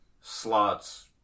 slots